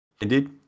Indeed